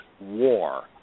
war